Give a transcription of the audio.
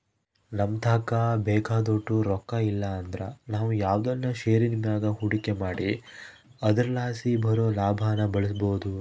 ನಮತಾಕ ಬೇಕಾದೋಟು ರೊಕ್ಕ ಇಲ್ಲಂದ್ರ ನಾವು ಯಾವ್ದನ ಷೇರಿನ್ ಮ್ಯಾಗ ಹೂಡಿಕೆ ಮಾಡಿ ಅದರಲಾಸಿ ಬರೋ ಲಾಭಾನ ಬಳಸ್ಬೋದು